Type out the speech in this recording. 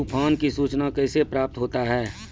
तुफान की सुचना कैसे प्राप्त होता हैं?